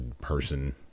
person